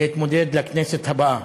להתמודד לכנסת הבאה.